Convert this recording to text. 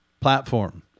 platform